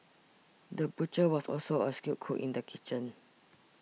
the butcher was also a skilled cook in the kitchen